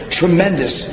tremendous